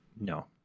no